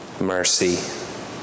mercy